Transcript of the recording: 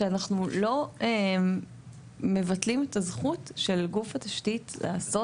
שאנחנו לא מבטלים את הזכות של גוף התשתית לעשות